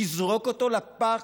תזרוק אותו לפח,